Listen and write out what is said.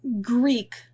Greek